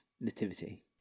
Nativity